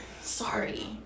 Sorry